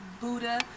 Buddha